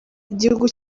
igihugu